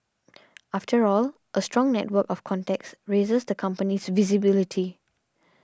after all a strong network of contacts raises the company's visibility